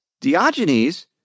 Diogenes